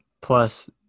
Plus